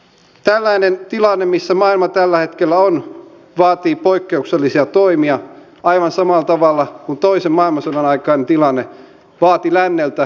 tällainen tilanne missä maailma tällä hetkellä on vaatii poikkeuksellisia toimia aivan samalla tavalla kuin toisen maailmansodan aikainen tilanne vaati länneltä poikkeuksellisia toimia